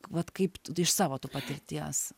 vat kaip iš savo tu patirties